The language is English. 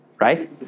Right